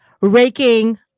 raking